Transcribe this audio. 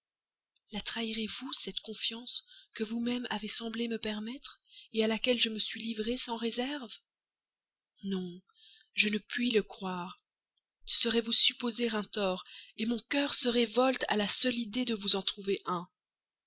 la trahirez vous cette confiance que vous-même avez semblé me permettre à laquelle je me suis livré sans réserve non je ne puis le croire ce serait vous supposer un tort mon cœur se révolte à la seule idée de vous en trouver un